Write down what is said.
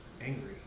angry